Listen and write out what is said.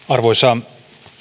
arvoisa